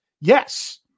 yes